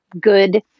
good